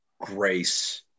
grace